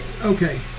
Okay